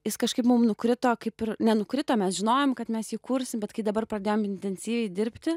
jis kažkaip mum nukrito kaip ir nenukrito mes žinojom kad mes jį kursim bet kai dabar pradėjom intensyviai dirbti